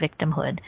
victimhood